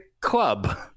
club